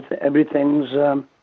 everything's